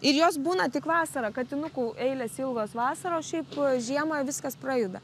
ir jos būna tik vasarą katinukų eilės ilgos vasarą o šiaip žiemą viskas prajuda